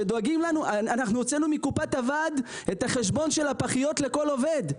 אנחנו הוצאנו מקופת הוועד את חשבון הפחיות לכל עובד,